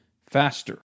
faster